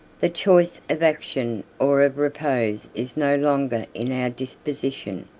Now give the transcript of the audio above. the choice of action or of repose is no longer in our disposition,